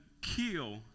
kill